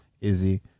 Izzy